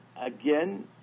again